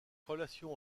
relations